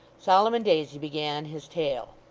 solomon daisy began his tale